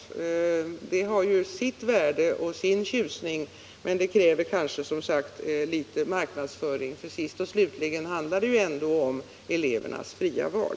Sådana har ju sitt värde och sin tjusning, men de kräver kanske som sagt litet marknadsföring, för sist och slutligen har eleverna ändå sitt fria val.